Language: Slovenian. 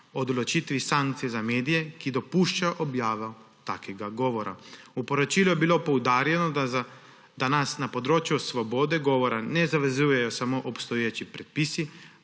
o določitvi sankcij za medije, ki dopuščajo objavo takega govora. V poročilu je bilo poudarjeno, da nas na področju svobode govora ne zavezujejo samo obstoječi predpisi,